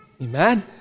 Amen